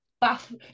bath